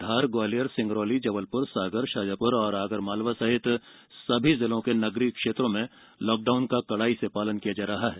धार ग्वालियर सिंगरौली जबलपुर सागर शाजापुर आगरमालवा सहित सभी जिलों के नगरीय क्षेत्रों में लॉकडाउन का कड़ाई से पालन किया जा रहा है